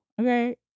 Okay